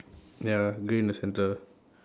ya grey in the centre